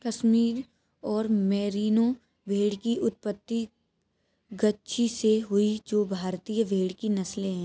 कश्मीर और मेरिनो भेड़ की उत्पत्ति गद्दी से हुई जो भारतीय भेड़ की नस्लें है